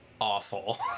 awful